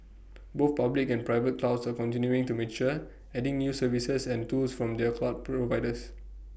both public and private clouds are continuing to mature adding new services and tools from their cloud providers